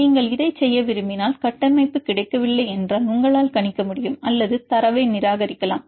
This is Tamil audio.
நீங்கள் இதைச் செய்ய விரும்பினால் கட்டமைப்பு கிடைக்கவில்லை என்றால் உங்களால் கணிக்க முடியும் அல்லது தரவை நிராகரிக்கலாம்